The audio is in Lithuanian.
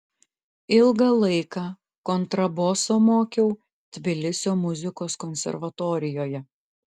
ilgą laiką kontraboso mokiau tbilisio muzikos konservatorijoje